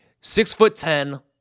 Six-foot-ten